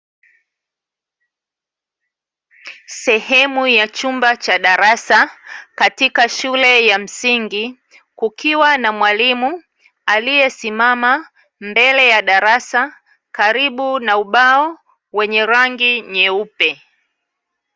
Sehemu ya chumba cha darasa katika shule ya msingi kukiwa na mwalimu aliyesimama mbele ya darasa karibu na ubao wenye rangi nyeupe .